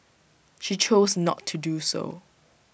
she chose not to do so